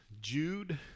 Jude